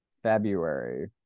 February